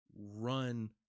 run